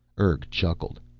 urg chuckled.